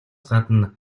гадна